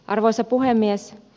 arvoisa puhemies